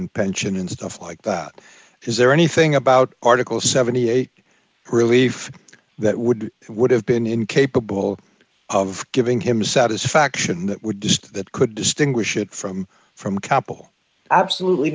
attention and stuff like that is there anything about article seventy eight relief that would would have been incapable of giving him satisfaction that would just that could distinguish it from from a couple absolutely